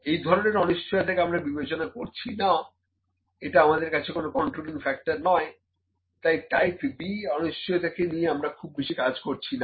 এই ধরনের অনিশ্চয়তাকে আমরা বিবেচনা করছি না এটা আমাদের কাছে কোন কন্ট্রোলিং ফ্যাক্টর নয় তাই টাইপ B অনিশ্চয়তাকে নিয়ে আমরা খুব বেশি কাজ করছি না